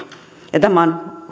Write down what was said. ja tämä on